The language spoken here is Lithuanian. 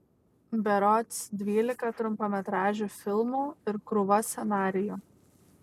berods dvylika trumpametražių filmų ir krūva scenarijų